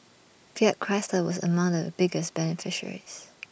fiat Chrysler was among the biggest beneficiaries